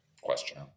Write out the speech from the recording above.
question